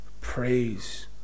Praise